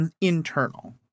internal